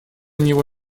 него